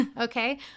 Okay